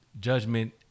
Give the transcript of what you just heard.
judgment